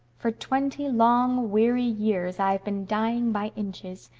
for twenty long, weary years i've been dying by inches.